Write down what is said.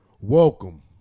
Welcome